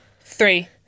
Three